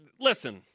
Listen